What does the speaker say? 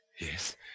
Yes